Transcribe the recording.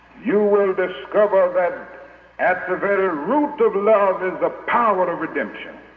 you will discover that at the very root of love is the power of redemption.